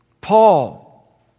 Paul